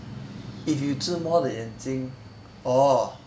if you 自摸 the 眼睛 orh